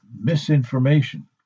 misinformation